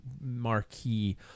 marquee